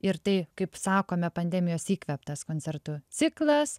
ir tai kaip sakome pandemijos įkvėptas koncertų ciklas